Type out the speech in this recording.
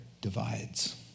divides